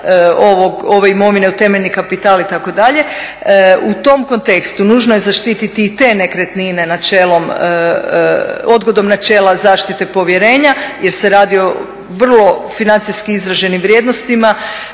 ove imovine u temeljni kapital itd.. U tom kontekstu nužno je zaštiti i te nekretnine odgodom načela zaštite povjerenja jer se radi o vrlo financijski izraženim vrijednostima